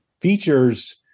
features